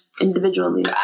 individually